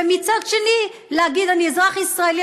ומצד שני להגיד: אני אזרח ישראלי,